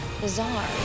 bizarre